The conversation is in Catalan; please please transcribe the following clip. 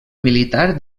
militar